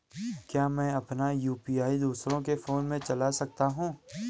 क्या मैं अपना यु.पी.आई दूसरे के फोन से चला सकता हूँ?